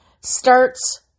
starts